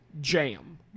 jam